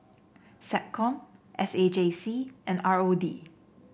SecCom S A J C and R O D